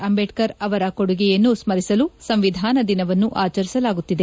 ಅಂಬೇಡ್ಸರ್ ಅವರ ಕೊಡುಗೆಯನ್ನು ಸ್ಮರಿಸಲು ಸಂವಿಧಾನ ದಿನವನ್ನು ಆಚರಿಸಲಾಗುತ್ತಿದೆ